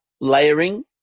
layering